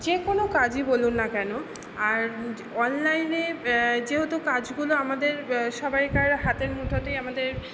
যে কোনো কাজই বলুন না কেন আর অনলাইনে যেহেতু কাজগুলো আমাদের সবাইকার হাতের মুঠোতেই আমাদের